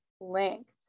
linked